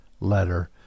letter